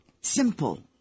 simple